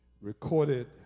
recorded